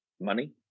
money